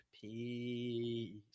Peace